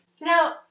Now